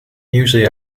usually